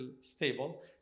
stable